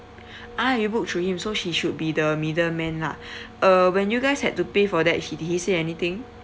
ah you booked through him so she should be the middleman lah uh when you guys had to pay for that he did he say anything